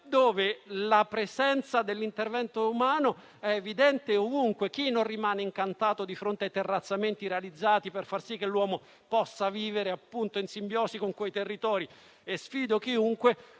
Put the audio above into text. dove la presenza dell'intervento umano è evidente ovunque. Chi non rimane incantato di fronte ai terrazzamenti realizzati per far sì che l'uomo possa vivere in simbiosi con quei territori? Sfido chiunque